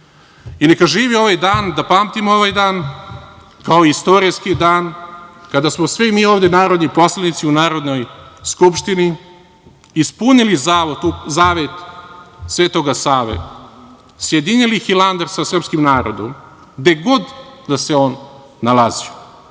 druge. Neka živi ovaj dan da pamtimo ovaj dan kao istorijski dan kada smo svi mi ovde narodni poslanici u Narodnoj skupštini ispunili zavet Svetoga Save, sjedinili Hilandar sa srpskim narodom gde god da se on